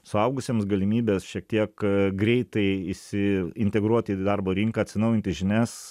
suaugusiems galimybės šiek tiek greitai įsi integruoti į darbo rinką atsinaujinti žinias